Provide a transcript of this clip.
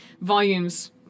volumes